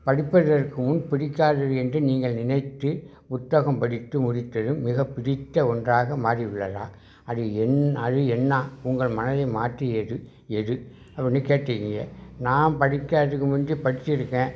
படிப்பதற்கு முன் பிடிக்காதது என்று நீங்கள் நினைத்து புத்தகம் படித்து முடித்ததும் மிகப் பிடித்த ஒன்றாக மாறியுள்ளதா அது என் அது என்ன உங்கள் மனதை மாற்றியது எது அப்படின்னு கேட்டீங்க நான் படிக்காததுக்கு முந்தி படிச்சுருக்கேன்